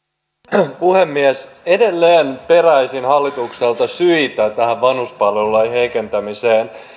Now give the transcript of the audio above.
arvoisa puhemies edelleen peräisin hallitukselta syitä tähän vanhuspalvelulain heikentämiseen